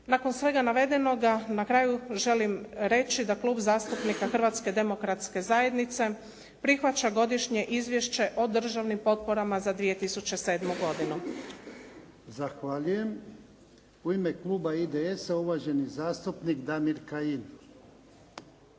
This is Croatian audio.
Nakon svega navedenoga, na kraju želim reći da Klub zastupnika Hrvatske demokratske zajednice prihvaća godišnje izvješće o državnim potporama za 2007. godinu. **Jarnjak, Ivan (HDZ)** U ime kluba IDS-a uvaženi zastupnik Damir Kajin.